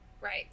Right